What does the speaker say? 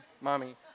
mommy